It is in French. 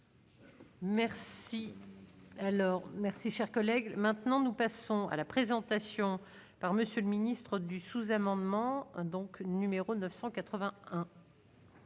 Merci. Alors merci, cher collègue, maintenant nous passons à la présentation par monsieur le ministre du sous-amendement donc numéro 980.